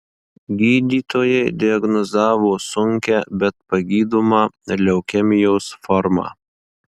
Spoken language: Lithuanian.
gydytojai diagnozavo sunkią bet pagydomą leukemijos formą